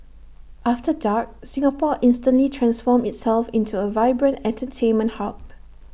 after dark Singapore instantly transforms itself into A vibrant entertainment hub